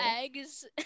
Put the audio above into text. eggs